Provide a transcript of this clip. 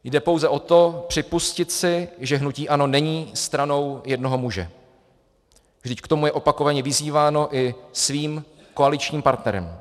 Jde pouze o to, připustit si, že hnutí ANO není stranou jednoho muže, vždyť k tomu je opakovaně vyzýváno i svým koaličním partnerem.